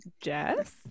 Jess